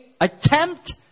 attempt